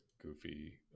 goofy